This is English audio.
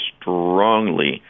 strongly